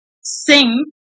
sing